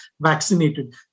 vaccinated।